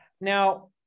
Now